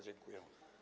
Dziękuję.